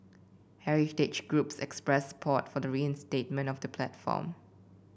heritage groups expressed support for the reinstatement of the platform